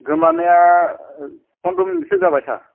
गोमानाया पनद्र' मिनिटसो जाबाय सार